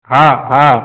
हाँ हाँ